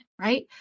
right